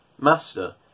Master